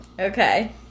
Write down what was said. Okay